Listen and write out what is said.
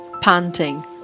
panting